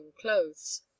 clothes